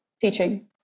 teaching